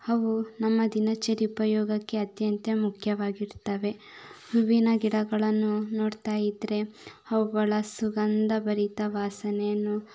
ಅವು ನಮ್ಮ ದಿನಚರಿ ಉಪಯೋಗಕ್ಕೆ ಅತ್ಯಂತ ಮುಖ್ಯವಾಗಿರ್ತವೆ ಹೂವಿನ ಗಿಡಗಳನ್ನು ನೋಡ್ತಾ ಇದ್ರೆ ಅವುಗಳ ಸುಗಂಧ ಭರಿತ ವಾಸನೆಯನ್ನು